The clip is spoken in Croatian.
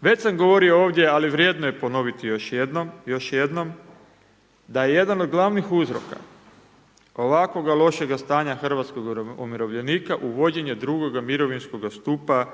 Već sam govorio ovdje ali vrijedno je ponoviti još jednom, još jednom, da je jedan od gl. uzroka ovakvoga lošega stanja hrvatskog umirovljenika uvođenje 2. mirovinskoga stupa